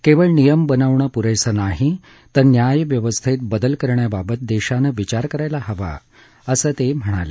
केवळ नियम बनवणं पुरेसं नाही तर न्याय व्यवस्थेत बदल करण्याबाबत देशानं विचार करायला हवा असं ते म्हणाले